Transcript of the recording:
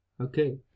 Okay